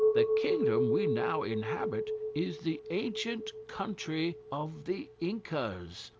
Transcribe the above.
the kingdom we now inhabit is the ancient country of the incas,